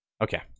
okay